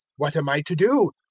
what am i to do?